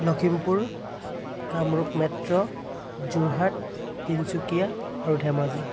Lakhimpur Kamrup metro Jorhat Tinsukia আৰু ধেমাজি